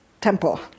temple